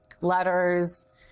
letters